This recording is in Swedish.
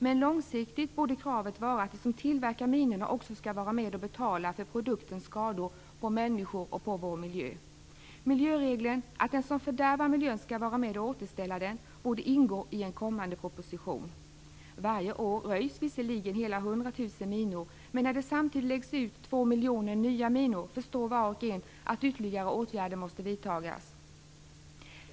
Men långsiktigt borde kravet vara att de som tillverkar minorna också skall vara med och betala för produktens skador på människor och på vår miljö. Miljöregeln att den som fördärvar miljön skall vara med och återställa den borde ingå i en kommande proposition. Varje år röjs visserligen hela 100 000 minor, men när det samtidigt läggs ut 2 miljoner nya minor förstår var och en att ytterligare åtgärder måste vidtas.